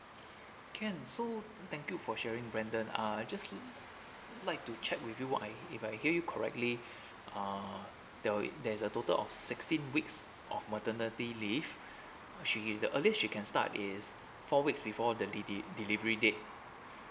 can so thank you for sharing brandon uh I just like to check with you what uh if I if I hear you correctly uh there there's a total of sixteen weeks of maternity leave she the earliest she can start is four weeks before the deli~ delivery date